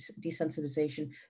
desensitization